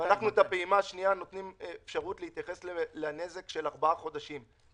בפעימה השנייה אנחנו נותנים אפשרות להתייחס לנזק של ארבעה חודשים,